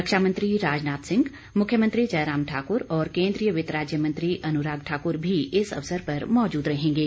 रक्षामंत्री राजनाथ सिंह मुख्यमंत्री जयराम ठाकुर और केन्द्रीय वित्त राज्य मंत्री अनुराग ठाकुर भी इस अवसर पर मौजूद रहेंगे